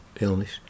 illness